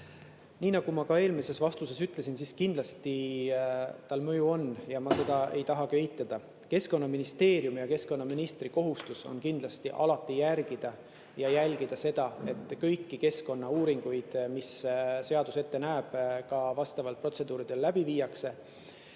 Nii nagu ma ka eelmises vastuses ütlesin, kindlasti tal mõju on. Ma seda ei taha eitada. Keskkonnaministeeriumi ja keskkonnaministri kohustus on kindlasti alati järgida ja jälgida seda, et kõik keskkonnauuringud, mida seadus ette näeb, ka vastavalt protseduuridele läbi viiakse.